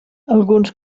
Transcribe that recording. alguns